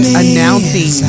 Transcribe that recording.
announcing